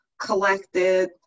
collected